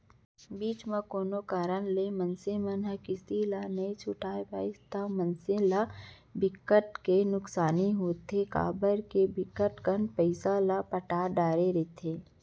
बीच म कोनो कारन ले मनसे ह किस्ती ला नइ छूट पाइस ता मनसे ल बिकट के नुकसानी होथे काबर के बिकट कन पइसा ल पटा डरे रहिथे